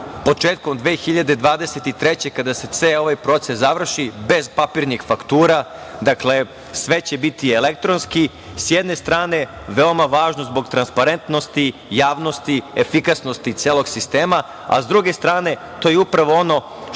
početkom 2023. godine, kada se ceo ovaj proces završi, bez papirnih faktura, sve će biti elektronski. Sa jedne strane, to je veoma važno zbog transparentnosti, javnosti, efikasnosti celog sistema, a sa druge strane, to je upravo ono što